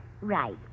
Right